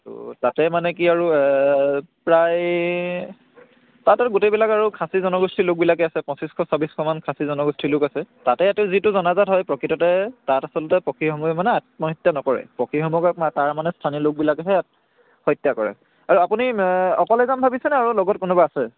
ত' তাতে মানে কি আৰু প্ৰায় তাত আৰু গোটেইবিলাক আৰু খাচী জনগোষ্ঠীৰ লোকবিলাকে আছে পঁচিছশ ছৌব্বিছশ মান খাচী জনগোষ্ঠীৰ লোক আছে তাতে এইটো যিটো জনাজাত হয় প্ৰকৃততে তাত আচলতে পক্ষীসমূহে মানে আত্মহত্যা নকৰে পক্ষীসমূহক তাৰ মানে স্থানীয় লোকবিলাকেহে হত্যা কৰে আৰু আপুনি অকলে যাম ভাবিছে নে আৰু লগত কোনোবা আছে